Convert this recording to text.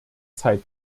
zeit